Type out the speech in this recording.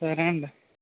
సరే అండి